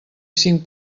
cinc